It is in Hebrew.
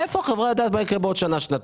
מאיפה החברה יודעת מה יקרה בעוד שנה-שנתיים?